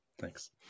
Thanks